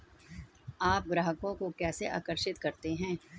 आप ग्राहकों को कैसे आकर्षित करते हैं?